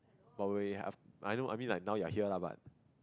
while we af~ I know I mean like now you are here lah but